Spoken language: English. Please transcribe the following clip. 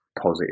positive